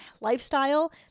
lifestyle